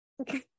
okay